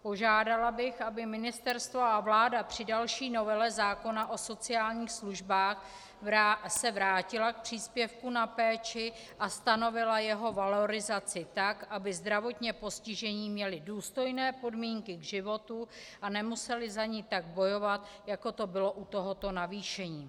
Požádala bych, aby se ministerstvo a vláda při další novele zákona o sociálních službách vrátily k příspěvku na péči a stanovily jeho valorizaci tak, aby zdravotně postižení měli důstojné podmínky k životu a nemuseli za ně tak bojovat, jako to bylo u tohoto navýšení.